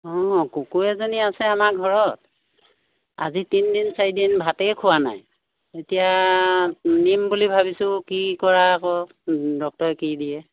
অঁ কুকুৰ এজনী আছে আমাৰ ঘৰত আজি তিনিদিন চাৰিদিন ভাতেই খোৱা নাই এতিয়া নিম বুলি ভাবিছোঁ কি কৰা আকৌ ডক্টৰে কি দিয়ে